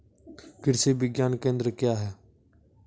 कृषि विज्ञान केंद्र क्या हैं?